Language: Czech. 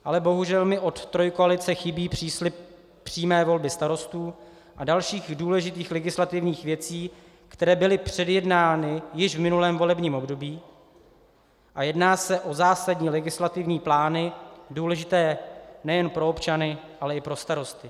Ale bohužel mi od trojkoalice chybí příslib přímé volby starostů a dalších důležitých legislativních věcí, které byly předjednány již v minulém volebním období, a jedná se o zásadní legislativní plány důležité nejen pro občany, ale i pro starosty.